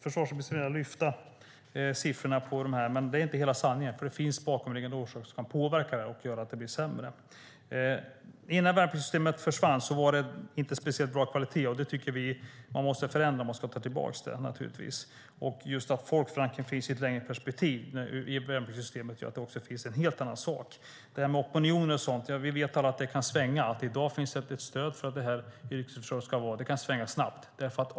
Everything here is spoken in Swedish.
Försvarsministern får gärna lyfta fram siffrorna i detta sammanhang. Men det är inte hela sanningen. Det finns också bakomliggande orsaker som kan påverka detta och göra att det blir sämre. Innan värnpliktssystemet försvann var det inte en särskilt bra kvalitet på det. Det tycker vi att man måste förändra om man ska ta tillbaka det. Just att folkförankringen finns i ett längre perspektiv i värnpliktssystemet gör att det också är en helt annan sak. Beträffande opinioner och så vidare vet vi alla att de kan svänga. I dag finns det ett stöd för att vi ska ha ett yrkesförsvar. Det kan svänga snabbt.